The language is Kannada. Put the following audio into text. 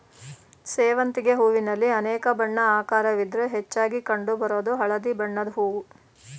ಸೇವಂತಿಗೆ ಹೂವಿನಲ್ಲಿ ಅನೇಕ ಬಣ್ಣ ಆಕಾರವಿದ್ರೂ ಹೆಚ್ಚಾಗಿ ಕಂಡು ಬರೋದು ಹಳದಿ ಬಣ್ಣದ್ ಹೂವು